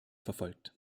verfolgt